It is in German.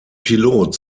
pilot